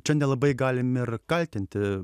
čia nelabai galim ir kaltinti